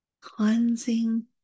Cleansing